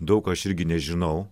daug aš irgi nežinau